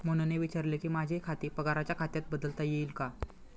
मोहनने विचारले की, माझे खाते पगाराच्या खात्यात बदलता येईल का